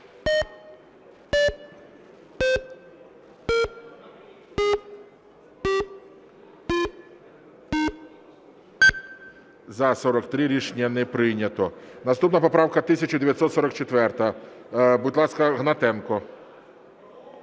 За-43 Рішення не прийнято. Наступна поправка 1944. Будь ласка, Гнатенко.